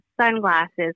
sunglasses